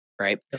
right